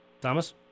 Thomas